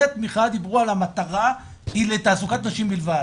התמיכה דיברו על המטרה היא לתעסוקת נשים בלבד.